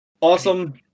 awesome